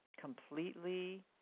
completely